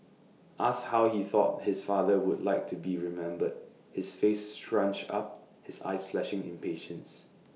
asked how he thought his father would like to be remembered his face scrunched up his eyes flashing impatience